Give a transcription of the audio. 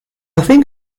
think